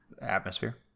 atmosphere